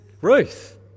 Ruth